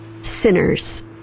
sinners